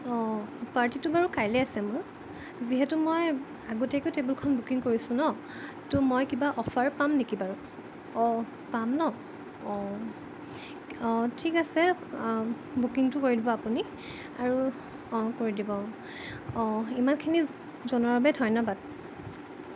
অ' পাৰ্টিটো বাৰু কাইলৈ আছে মোৰ যিহেতু মই আগতীয়াকৈ টেবুলখন বুকিং কৰিছোঁ ন তো মই কিবা অফাৰ পাম নেকি বাৰু অঁ পাম ন অঁ অঁ ঠিক আছে বুকিংটো কৰি দিব আপুনি আৰু অঁ কৰি দিব অঁ ইমানখিনি জনোৱাৰ বাবে ধন্যবাদ